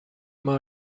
ماه